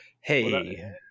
hey